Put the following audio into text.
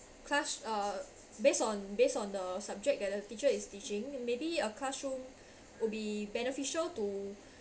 class uh based on based on the subject that the teacher is teaching maybe a classroom would be beneficial to